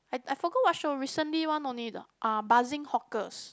I I forgot what show recently one only [le] Buzzing Hawkers